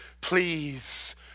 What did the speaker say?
please